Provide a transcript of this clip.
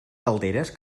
calderes